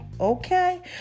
Okay